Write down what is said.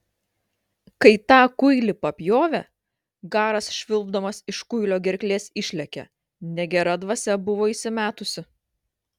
kai tą kuilį papjovė garas švilpdamas iš kuilio gerklės išlėkė negera dvasia buvo įsimetusi